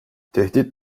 tehdit